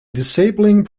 disabling